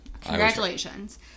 Congratulations